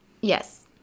Yes